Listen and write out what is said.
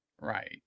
Right